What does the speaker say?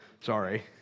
sorry